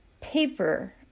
paper